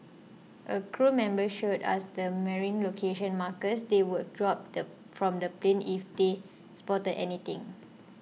a crew member showed us the marine location markers they would drop the from the plane if they spotted anything